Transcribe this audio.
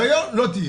לא יהיה.